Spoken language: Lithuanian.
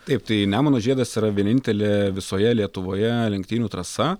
taip tai nemuno žiedas yra vienintelė visoje lietuvoje lenktynių trasa